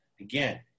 Again